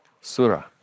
surah